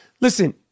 Listen